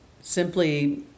simply